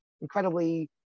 incredibly